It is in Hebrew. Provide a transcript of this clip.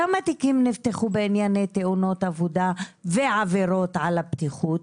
כמה תיקים נפתחו בענייני תאונות עבודה ועבירות על הבטיחות?